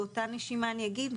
באותה נשימה אני אגיד,